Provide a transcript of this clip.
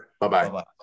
Bye-bye